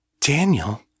Daniel